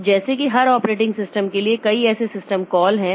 तो जैसे कि हर ऑपरेटिंग सिस्टम के लिए कई ऐसे सिस्टम कॉल हैं